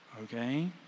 Okay